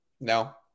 No